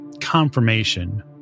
confirmation